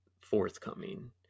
forthcoming